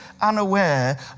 unaware